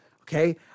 Okay